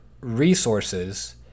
resources